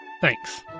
Thanks